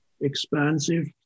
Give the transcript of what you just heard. expansive